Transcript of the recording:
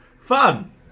Fun